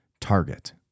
target